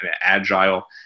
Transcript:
agile